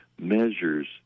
measures